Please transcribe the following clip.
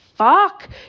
Fuck